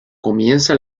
comienza